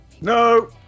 No